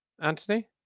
Anthony